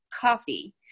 coffee